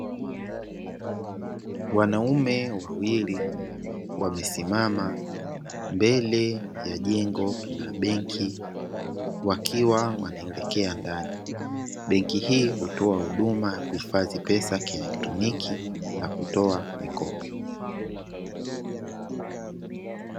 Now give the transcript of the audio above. Wanaume wawili wamesimama mbele ya jengo la benki wakiwa wanaelekea ndani, benki hii hutoa huduma kuhifadhi pesa kielektroniki na kutoa mikopo.